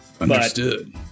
Understood